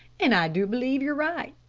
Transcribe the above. an' i do b'lieve yer right.